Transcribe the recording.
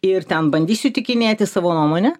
ir ten bandysiu įtikinėti savo nuomonę